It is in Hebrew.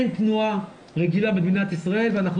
אין תנועה רגילה במדינת ישראל ואנחנו